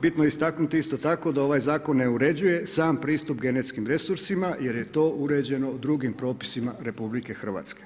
Bitno je istaknuti isto tako da ovaj zakon ne uređuje sam pristup genetskim resursima jer je to uređeno drugim propisima RH.